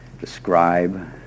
describe